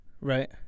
Right